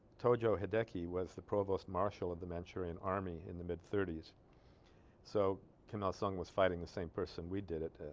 tojo hideki was the provost marshal of the manchurian army in the mid thirties so kim il sung was fighting the same person we did it ah.